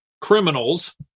criminals